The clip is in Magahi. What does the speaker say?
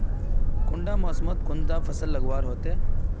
कुंडा मोसमोत कुंडा फसल लगवार होते?